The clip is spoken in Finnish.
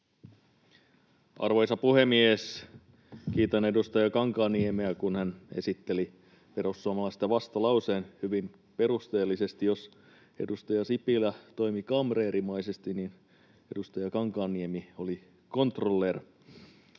Arvoisa puhemies! Kiitän edustaja Kankaanniemeä, kun hän esitteli perussuomalaisten vastalauseen hyvin perusteellisesti. Jos edustaja Sipilä toimi kamreerimaisesti, niin edustaja Kankaanniemi oli controller.